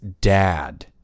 dad